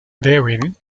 therein